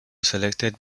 selected